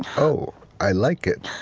ah oh, i like it.